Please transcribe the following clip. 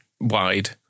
wide